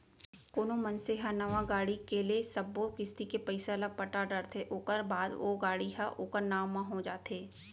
कोनो मनसे ह नवा गाड़ी के ले सब्बो किस्ती के पइसा ल जब पटा डरथे ओखर बाद ओ गाड़ी ह ओखर नांव म हो जाथे